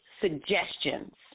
suggestions